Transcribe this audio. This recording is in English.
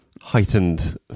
heightened